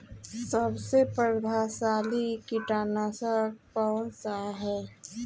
सबसे प्रभावशाली कीटनाशक कउन सा ह?